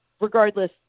Regardless